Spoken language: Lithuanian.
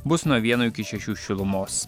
bus nuo vieno iki šešių šilumos